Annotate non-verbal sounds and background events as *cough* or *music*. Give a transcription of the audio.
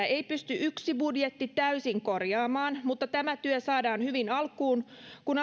*unintelligible* ei pysty yksi budjetti täysin korjaamaan mutta tämä työ saadaan hyvin alkuun kun *unintelligible*